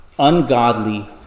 ungodly